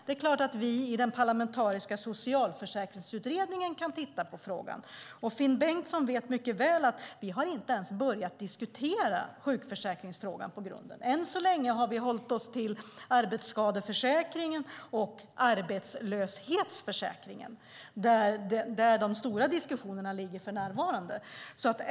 Det är klart att vi i den parlamentariska socialförsäkringsutredningen kan titta på frågan. Finn Bengtsson vet mycket väl att vi inte ens har börjat diskutera sjukförsäkringsfrågan. Än så länge har vi hållit oss till arbetsskadeförsäkringen och arbetslöshetsförsäkringen. Det är de stora diskussionsämnena för närvarande.